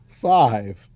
Five